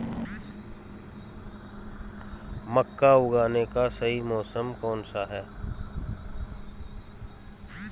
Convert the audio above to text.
मक्का उगाने का सही मौसम कौनसा है?